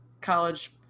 college